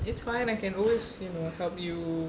it's fine I can always you know help you